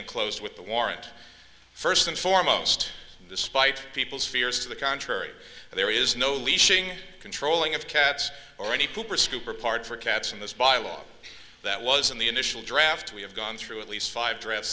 enclose with the warrant first and foremost despite people's fears to the contrary there is no leashing controlling of cats or any pooper scooper part for cats in this bylaw that was in the initial draft we have gone through at least five dr